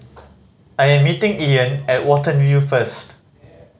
I am meeting Ian at Watten View first